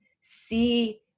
see